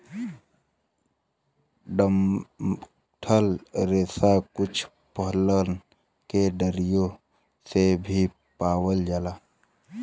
डंठल रेसा कुछ फलन के डरियो से भी पावल जाला